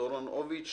דורון אוביץ,